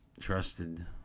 trusted